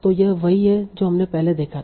तो यह वही है जो हमने पहले देखा था